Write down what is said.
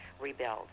rebuild